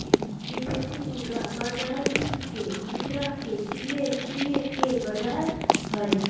विदेशी मुद्रा बाजार विश्व के मुद्रा के क्रय विक्रय के बाजार हय